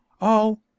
Oh